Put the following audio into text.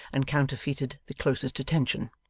and counterfeited the closest attention.